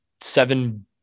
seven